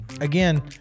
Again